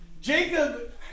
Jacob